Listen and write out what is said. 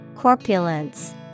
Corpulence